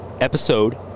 episode